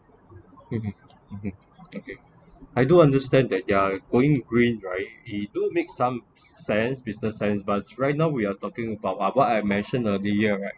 okay I do understand that they are going green right he do make some sense business sense but right now we are talking about ah what I mentioned earlier right